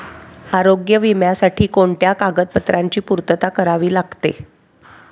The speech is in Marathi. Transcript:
आरोग्य विम्यासाठी कोणत्या कागदपत्रांची पूर्तता करावी लागते?